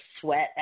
sweat